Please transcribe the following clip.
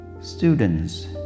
Students